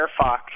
Firefox